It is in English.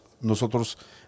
nosotros